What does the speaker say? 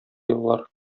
еллар